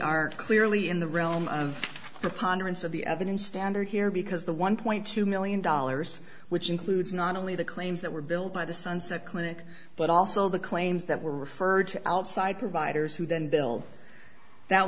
are clearly in the realm of preponderance of the oven in standard here because the one point two million dollars which includes not only the claims that were billed by the sunset clinic but also the claims that were referred to outside providers who then bill that